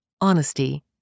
Honesty